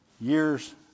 Years